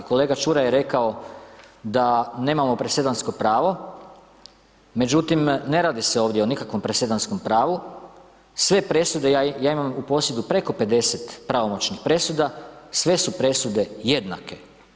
Kolega Čuraj je rekao da nemamo presedansko pravo, međutim ne radi se ovdje o nikakvom presedanskom pravu, sve presude ja imam u posjedu preko 50 pravomoćnih presuda, sve su presude jednake.